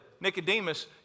Nicodemus